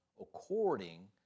according